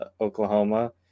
Oklahoma